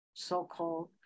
so-called